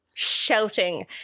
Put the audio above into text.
shouting